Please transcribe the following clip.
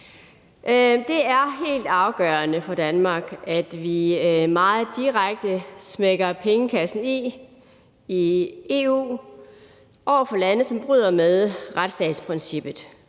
Det er helt afgørende for Danmark, at vi meget direkte smækker pengekassen i i EU over for lande, som bryder med retsstatsprincippet